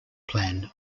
planned